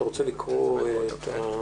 אתה רוצה לקרוא את הנוסח?